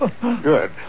Good